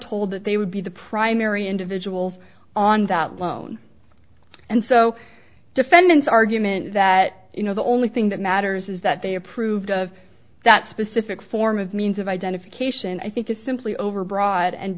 told that they would be the primary individuals on that loan and so defendants argument that you know the only thing that matters is that they approved of that specific form of means of identification i think is simply overbroad and